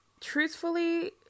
truthfully